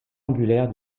angulaire